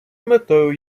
метою